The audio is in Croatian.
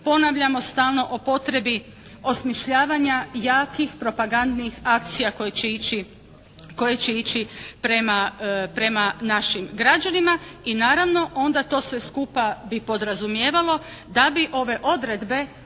Ponavljamo stalno o potrebi osmišljavanja jakih propagandnih akcija koje će ići prema našim građanima. I naravno, onda to sve skupa bi podrazumijevalo da bi ove odredbe